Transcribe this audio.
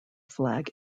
flag